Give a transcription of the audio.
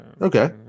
Okay